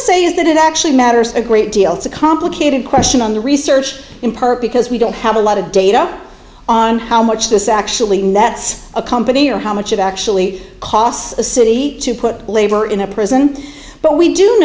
to say is that it actually matters a great deal it's a complicated question on the research in part because we don't have a lot of data on how much this actually nets a company or how much of actually costs a city to put labor in a prison but we do